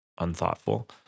unthoughtful